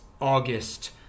August